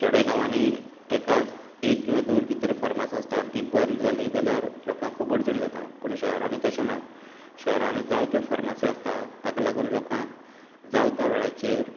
खेडेगांवांनी एकाच एक किंवां दोन कितें तरी फार्मास आसता आनी ती बंद जाली जाल्यार लोकांक खूब अडचण जाता पूण शहरांनी तशें ना शहरांनी जायत्यो फार्माशी आसतात तांका लागून लोकांक जाय त्या वेळाचेर